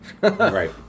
Right